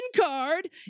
card